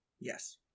yes